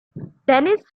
dennis